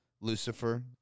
Lucifer